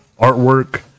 artwork